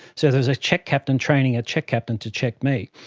so there was a check captain training a check captain to check me.